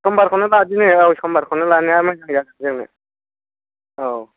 सम्बारखौनो लादिनि औ सम्बारखौनो लानाया मोजां जासिगोन जोंनो औ